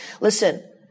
listen